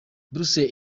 brussels